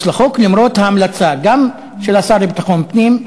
לחוק למרות ההמלצה גם של השר לביטחון פנים,